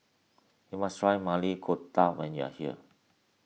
you must try Maili Kofta when you are here